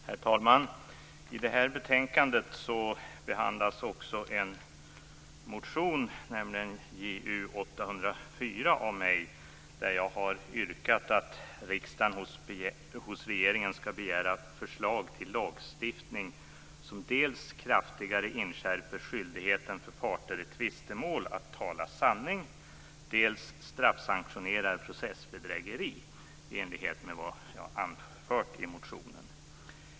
Herr talman! I betänkandet behandlas också en motion, nämligen min motion Ju804. Jag har där yrkat att riksdagen hos regeringen skall begära förslag till lagstiftning som dels kraftigare inskärper skyldigheten för parter i tvistemål att tala sanning, dels straffsanktionerar processbedrägeri i enlighet med vad jag har anfört i motionen.